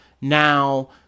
Now